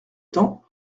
temps